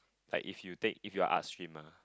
like if you take if you're Art stream lah